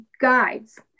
guides